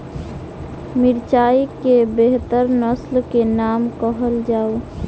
मिर्चाई केँ बेहतर नस्ल केँ नाम कहल जाउ?